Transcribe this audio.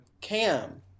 Cam